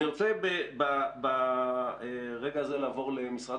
אני רוצה לעבור למשרד